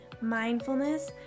mindfulness